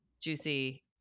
juicy